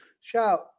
shout